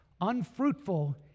unfruitful